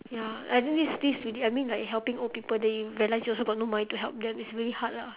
ya I think this this really I mean like helping old people then you realised that you also got no money to help them it's really hard lah